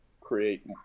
create